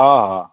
हा हा